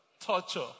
torture